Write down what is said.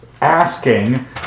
asking